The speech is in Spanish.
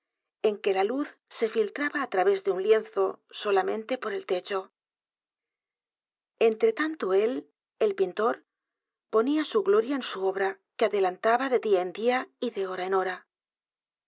en que la luz se filtraba á través de un lienzo solamente por el techo entretanto él el pintor ponía su gloria en su obra que adelantaba de día en día y de hora en hora